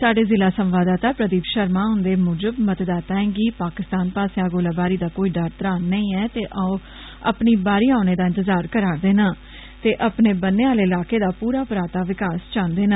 साहड़े जिला संवाददाता प्रदीप षर्मा हुन्दे मुजब मतदाताएं गी पाकिस्तान पास्सेया गोलाबारी दा कोई डर तरा नेंई ऐ ते ओ अपनी बारी औने दा इंतजार करा करदे न ते अपने बन्ने आहले इलाके दा पूरा पराता विकास चाहन्दे न